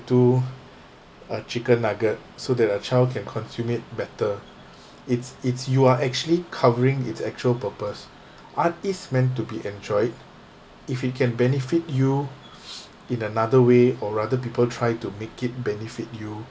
to a chicken nugget so that a child can consume it better it's it's you are actually covering its actual purpose art is meant to be enjoyed if it can benefit you in another way or rather people try to make it benefit you